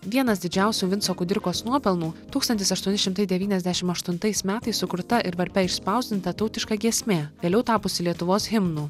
vienas didžiausių vinco kudirkos nuopelnų tūkstantis aštuoni šimtai devyniasdešim aštuntais metais sukurta ir varpe išspausdinta tautiška giesmė vėliau tapusi lietuvos himnu